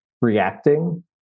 reacting